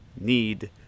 need